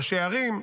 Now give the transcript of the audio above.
ראשי ערים,